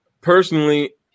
personally